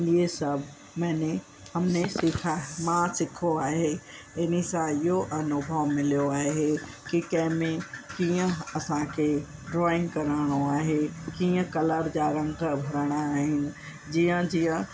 इहे सभु मैने हमने सिखां मां सिखो आहे हिन सां इहो अनुभव मिलियो आहे कि कंहिं में कीअं असांखे ड्रॉइंग करिणो आहे कीअं कलर जा रंग भरंदा आहियूं जीअं जीअं